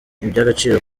iby’agaciro